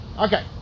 Okay